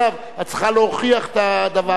את צריכה להוכיח את הדבר, נכון.